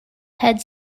head